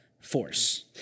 force